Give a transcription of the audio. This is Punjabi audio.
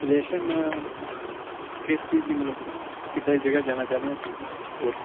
ਸੂਜੈਸ਼ਨ ਕਿਸ ਚੀਜ਼ ਦੀ ਮਤਲਬ ਕਿੱਦਾਂ ਦੀ ਜਗ੍ਹਾ ਜਾਣਾ ਚਾਹੁੰਦੇ ਆ ਤੁਸੀਂ ਹੋਰ